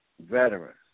veterans